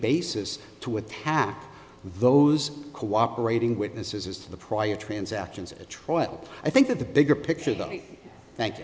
basis to attack those cooperating witnesses as to the prior transactions a trial i think that the bigger picture that it thank